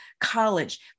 college